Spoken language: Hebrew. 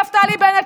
נפתלי בנט,